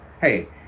Hey